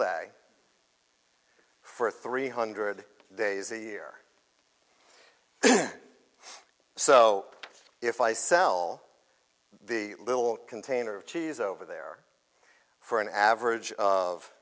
day for three hundred days a year so if i sell the little container of cheese over there for an average of